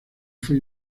fue